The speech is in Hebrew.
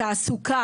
תעסוקה,